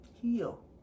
Heal